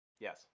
yes